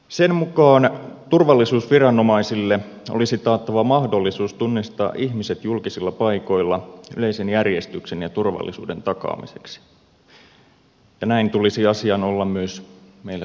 sen mukaan turvallisuusviranomaisille olisi taattava mahdollisuus tunnistaa ihmiset julkisilla paikoilla yleisen järjestyksen ja turvallisuuden takaamiseksi ja näin tulisi asian olla myös meillä täällä suomessa